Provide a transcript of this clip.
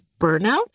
burnout